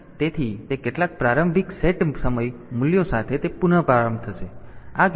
તેથી તે કેટલાક પ્રારંભિક સેટ સમય મૂલ્ય સાથે તે પુનઃપ્રારંભ થશે